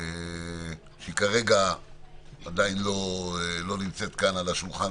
שהיא כרגע עדיין לא נמצאת כאן על השולחן,